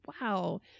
wow